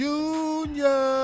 Junior